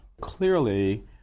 Clearly